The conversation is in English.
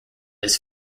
his